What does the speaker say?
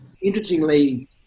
Interestingly